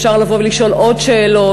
אפשר לבוא ולשאול עוד שאלות,